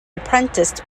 apprenticed